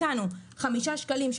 אבל אתה אמרת שהם מפקחים.